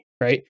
right